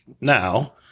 Now